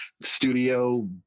studio